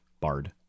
Bard